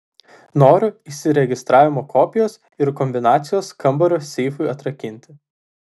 noriu įsiregistravimo kopijos ir kombinacijos kambario seifui atrakinti